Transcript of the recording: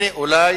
הנה, אולי